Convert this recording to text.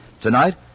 Tonight